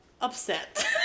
upset